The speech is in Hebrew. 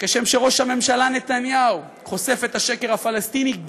שכשם שראש הממשלה נתניהו חושף את השקר הפלסטיני,